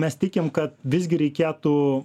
mes tikim kad visgi reikėtų